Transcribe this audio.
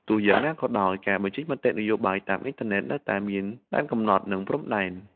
ទោះយ៉ាងណាក៏ដោយ ការបញ្ចេញមតិនយោបាយតាមអ៊ីនធឺណិតនៅតែមានដែនកំណត់ និងព្រំដែន។